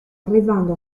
arrivando